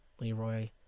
Leroy